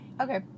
Okay